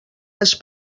les